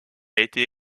été